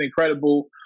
incredible